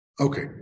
Okay